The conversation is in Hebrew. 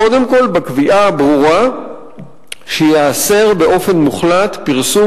קודם כול בקביעה הברורה שייאסר באופן מוחלט פרסום